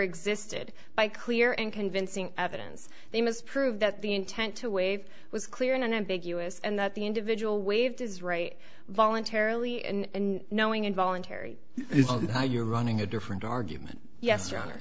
existed by clear and convincing evidence they must prove that the intent to waive was clear and unambiguous and that the individual waived his right voluntarily and knowing involuntary is that how you're running a different argument yes